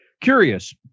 curious